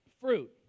fruit